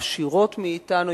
עשירות מאתנו,